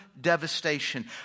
devastation